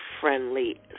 friendly